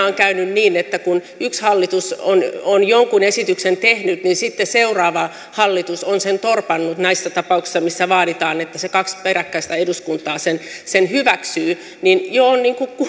on käynyt niin että kun yksi hallitus on on jonkun esityksen tehnyt niin sitten seuraava hallitus on sen torpannut näissä tapauksissa missä vaaditaan että kaksi peräkkäistä eduskuntaa sen sen hyväksyy jo on